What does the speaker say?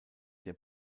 der